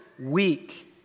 week